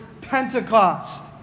Pentecost